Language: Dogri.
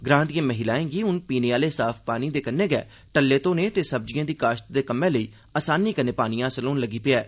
ग्रां दिएं महिलाएं गी हून पीने आह्ले साफ पानी दे कन्नै गै टल्ले घोने ते सब्जिए दी काश्त दे कम्मै लेई असानी कन्नै पानी हासल होन लगी पेआ ऐ